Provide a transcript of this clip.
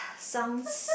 sounds